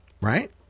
right